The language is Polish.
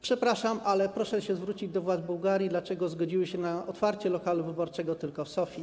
Przepraszam, ale proszę się zwrócić do władz Bułgarii, dlaczego zgodziły się na otwarcie lokalu wyborczego tylko w Sofii.